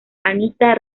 anita